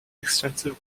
extensive